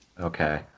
Okay